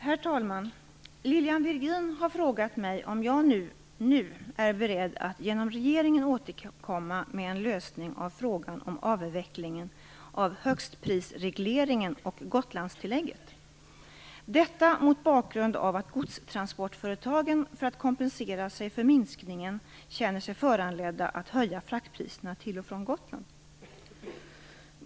Herr talman! Lilian Virgin har frågat mig om jag nu är beredd att genom regeringen återkomma med en lösning av frågan om avvecklingen av högstprisregleringen och Gotlandstillägget - detta mot bakgrund av att godstransportföretagen för att kompensera sig för minskningen känner sig föranledda att höja fraktpriserna till och från Gotland.